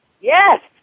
Yes